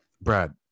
Brad